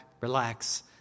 relax